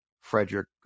Frederick